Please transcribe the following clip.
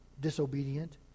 disobedient